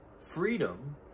freedom